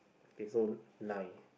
okay so nine